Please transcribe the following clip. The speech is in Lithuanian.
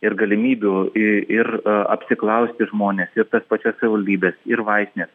ir galimybių i ir apsiklausti žmones ir tas pačias savivaldybes ir vaistines